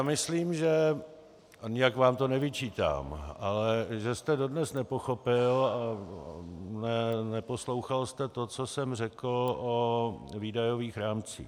Myslím, že nijak vám to nevyčítám ale že jste dodnes nepochopil, neposlouchal jste to, co jsem řekl o výdajových rámcích.